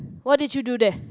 what did you do there